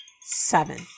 seven